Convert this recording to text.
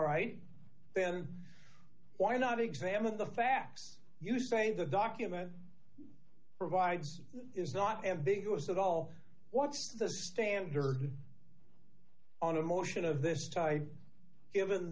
right then why not examine the facts you say the document provides is not ambiguous at all what's the standard on a motion of this type given